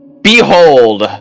behold